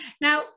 Now